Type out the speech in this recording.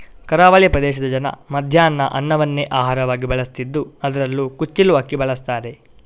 ಕರಾವಳಿ ಪ್ರದೇಶದ ಜನ ಮಧ್ಯಾಹ್ನ ಅನ್ನವನ್ನೇ ಆಹಾರವಾಗಿ ಬಳಸ್ತಿದ್ದು ಅದ್ರಲ್ಲೂ ಕುಚ್ಚಿಲು ಅಕ್ಕಿ ಬಳಸ್ತಾರೆ